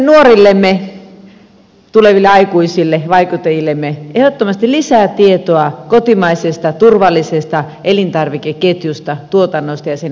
tarvitsemme nuorillemme tuleville aikuisille vaikuttajillemme ehdottomasti lisää tietoa kotimaisesta turvallisesta elintarvikeketjusta tuotannosta ja sen käyttämisestä